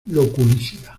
loculicida